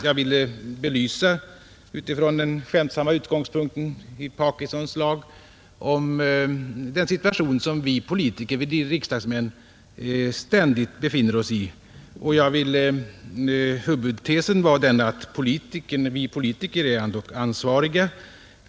Jag ville utifrån den skämtsamma utgångspunkten i Parkinsons bok belysa den situation, som vi politiker och riksdagsmän ständigt befinner oss i. Huvudtesen var att vi politiker ändock är ansvariga.